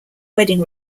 wedding